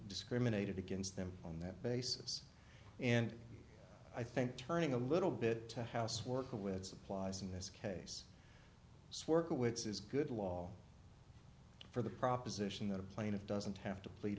discriminated against them on that basis and i think turning a little bit to house worker with supplies in this case this work which is good law for the proposition that a plaintiff doesn't have to plead